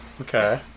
Okay